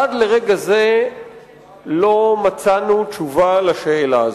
עד לרגע זה לא מצאנו תשובה לשאלה הזו.